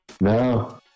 No